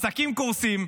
עסקים קורסים.